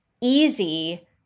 easy